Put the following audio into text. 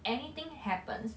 anything happens